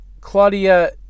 Claudia